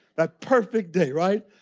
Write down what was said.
that perfect day, right.